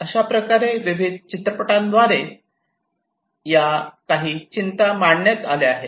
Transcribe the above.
अशाप्रकारे विविध चित्रपटांद्वारे या काही चिंता मांडण्यात आल्या आहेत